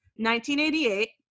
1988